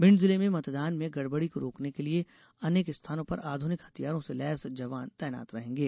भिंड जिले में मतदान में गड़बड़ी को रोकने के लिए अनेक स्थानों पर आध्रनिक हथियारों से लैस जवान तैनात रहेंगे